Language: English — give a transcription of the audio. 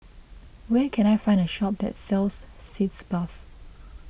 where can I find a shop that sells Sitz Bath